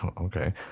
okay